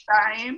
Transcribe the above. דבר שני,